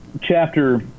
chapter